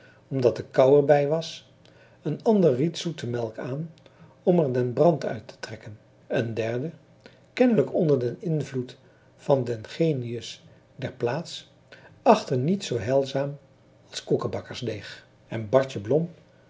omdat de kou er bij was een ander ried zoete melk aan om er den brand uit te trekken een derde kennelijk onder den invloed van den genius der plaats achtte niets zoo heilzaam als koekebakkersdeeg en bartje blom